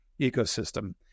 ecosystem